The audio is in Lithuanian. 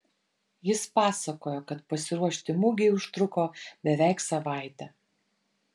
jis pasakojo kad pasiruošti mugei užtruko beveik savaitę